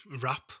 rap